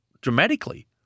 dramatically